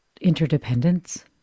interdependence